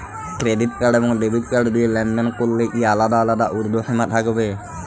Credit card এবং debit card দিয়ে লেনদেন করলে কি আলাদা আলাদা ঊর্ধ্বসীমা থাকবে?